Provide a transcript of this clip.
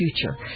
Future